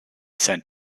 sent